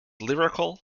lyrical